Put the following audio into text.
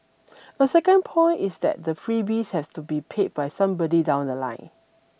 a second point is that the freebies have to be paid by somebody down the line